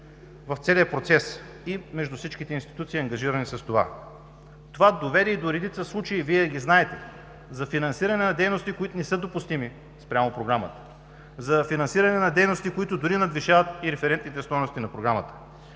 в целия процес между всички институции, ангажирани с това. Това доведе до редица случаи, а и Вие ги знаете, за финансиране на дейности, които не са допустими спрямо Програмата, за финансиране на дейности, които дори надвишават референтните стойности на Програмата.